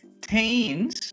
Teens